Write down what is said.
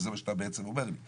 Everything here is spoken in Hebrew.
זה מה שאתה בעצם אומר לי.